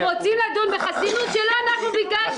אנחנו רוצים לדון בחסינות שלא אנחנו ביקשנו.